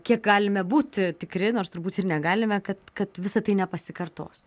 kiek galime būti tikri nors turbūt ir negalime kad kad visa tai nepasikartos